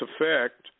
effect